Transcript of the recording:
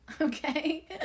okay